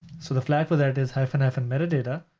so the flags for that is hyphen hyphen metadata,